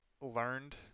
learned